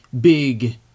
big